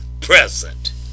present